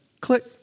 click